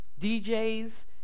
DJs